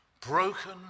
broken